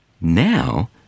Now